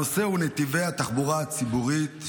הנושא הוא נתיבי התחבורה הציבורית,